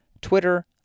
Twitter